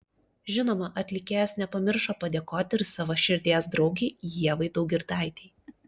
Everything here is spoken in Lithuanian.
žinoma atlikėjas nepamiršo padėkoti ir savo širdies draugei ievai daugirdaitei